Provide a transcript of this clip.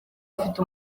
afite